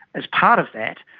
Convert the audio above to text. as part of that,